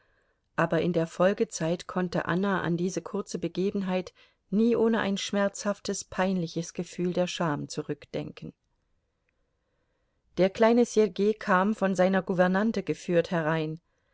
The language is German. aber in der folgezeit konnte anna an diese kurze begebenheit nie ohne ein schmerzhaftes peinliches gefühl der scham zurückdenken der kleine sergei kam von seiner gouvernante geführt herein